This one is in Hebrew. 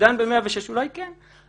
מוקדן ב-106 אולי כן.